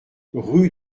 rue